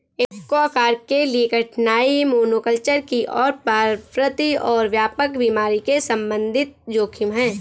aquaculture के लिए कठिनाई मोनोकल्चर की ओर प्रवृत्ति और व्यापक बीमारी के संबंधित जोखिम है